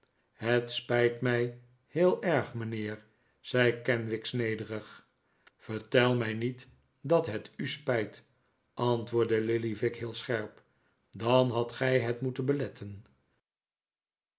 het spijt mij heel erg mijnheer zei kenwigs nederig vertel mij niet dat het u spijt antwoordde lillyvick heel scherp dan hadt gij het moeten beletten